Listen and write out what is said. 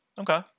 Okay